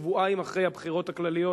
שבועיים אחרי הבחירות הכלליות,